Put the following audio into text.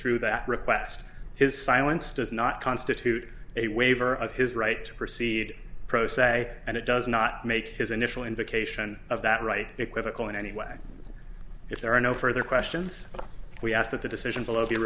withdrew that request his silence does not constitute a waiver of his right to proceed pro se and it does not make his initial invocation of that right equivocal in any way if there are no further questions we ask that the decision